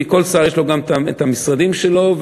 כי כל שר יש לו גם המשרדים שלו,